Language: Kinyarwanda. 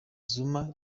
zuma